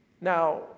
Now